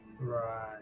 Right